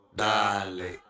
dale